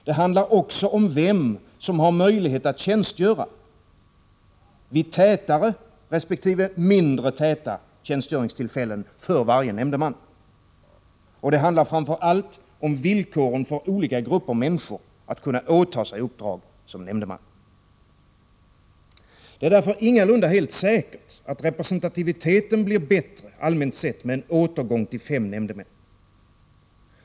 Det handlar också om varje nämndemans möjlighet att tjänstgöra vid tätare resp. mindre täta tjänstgöringstillfällen. Det handlar framför allt om villkoren för olika grupper av människor att kunna åta sig uppdrag som nämndemän. Det är därför ingalunda helt säkert att representativiteten blir bättre allmänt sett med en återgång till fem nämndemän.